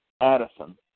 Addison